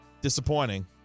disappointing